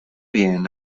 bien